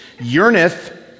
yearneth